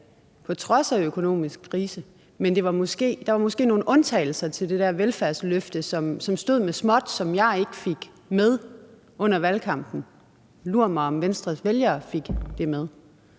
på trods af økonomisk krise, men der var måske nogle undtagelser til det der velfærdsløfte, som stod med småt, og som jeg ikke fik med under valgkampen. Lur mig om Venstres vælgere fik det med.